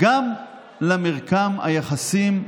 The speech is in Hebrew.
גם למרקם היחסים,